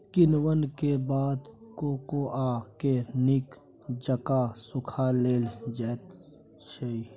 किण्वन के बाद कोकोआ के नीक जकां सुखा लेल जाइ छइ